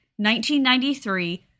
1993